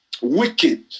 Wicked